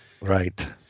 Right